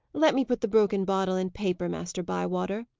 let me put the broken bottle in paper, master bywater.